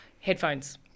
Headphones